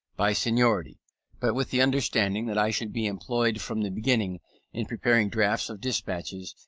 by seniority but with the understanding that i should be employed from the beginning in preparing drafts of despatches,